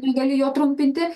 negali jo trumpinti